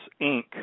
inc